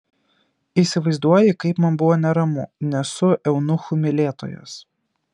įsivaizduoji kaip man buvo neramu nesu eunuchų mylėtojas